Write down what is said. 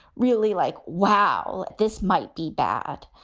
really, like, wow, this might be bad.